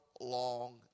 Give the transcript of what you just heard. long